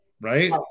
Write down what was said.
right